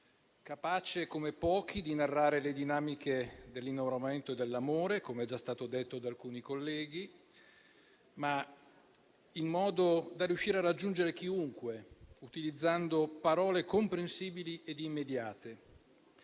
capace come pochi di narrare le dinamiche dell'innamoramento e dell'amore, come è già stato detto da alcuni colleghi, ma in modo da riuscire a raggiungere chiunque, utilizzando parole comprensibili ed immediate.